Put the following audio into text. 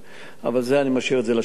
אבל את זה אני משאיר לשלטון המקומי,